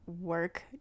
work